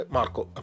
Marco